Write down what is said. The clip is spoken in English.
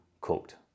cooked